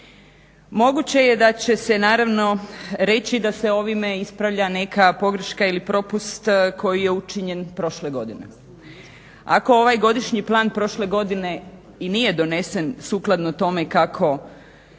Moguće je da će se naravno reći da se ovim ispravlja neka pogreška ili propust koje je učinjen prošle godine. Ako ovaj godišnji plan prošle godine i nije donesen sukladno tome kako